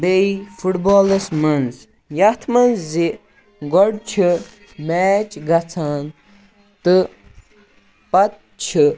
بیٚیہِ فُٹ بالَس منٛز یَتھ منٛز زِ گۄڈٕ چھِ میچ گژھان تہٕ پَتہٕ چھِ